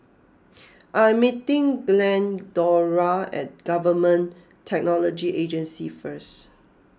I am meeting Glendora at Government Technology Agency first